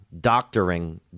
doctoring